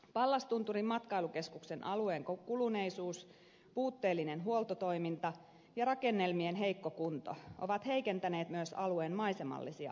pallastunturin matkailukeskuksen alueen kuluneisuus puutteellinen huoltotoiminta ja rakennelmien heikko kunto ovat heikentäneet myös alueen maisemallisia arvoja